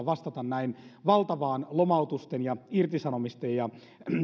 vastata näin valtavaan lomautusten ja irtisanomisten ja